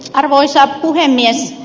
arvoisa puhemies